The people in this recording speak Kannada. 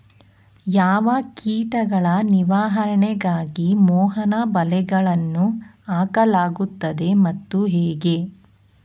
ಯಾವ ಕೀಟಗಳ ನಿವಾರಣೆಗಾಗಿ ಮೋಹನ ಬಲೆಗಳನ್ನು ಹಾಕಲಾಗುತ್ತದೆ ಮತ್ತು ಹೇಗೆ?